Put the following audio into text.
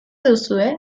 duzue